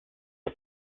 the